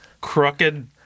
Crooked